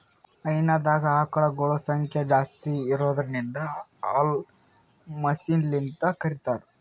ಹೈನಾದಾಗ್ ಆಕಳಗೊಳ್ ಸಂಖ್ಯಾ ಜಾಸ್ತಿ ಇರದ್ರಿನ್ದ ಹಾಲ್ ಮಷಿನ್ಲಿಂತ್ ಕರಿತಾರ್